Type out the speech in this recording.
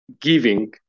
giving